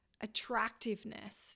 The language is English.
Attractiveness